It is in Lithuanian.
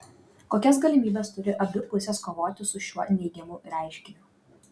kokias galimybes turi abi pusės kovoti su šiuo neigiamu reiškiniu